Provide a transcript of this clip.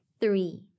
three